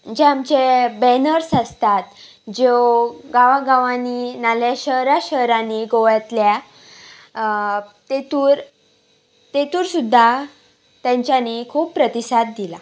जे आमचे बॅनर्स आसतात ज्यो गांवा गांवांनी नाजाल्यार शहरा शहरांनी गोव्यातल्या तेतूर तेतूर सुद्दा तेंच्यानी खूब प्रतिसाद दिला